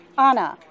Anna